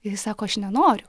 jis sako aš nenoriu